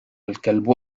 الكلب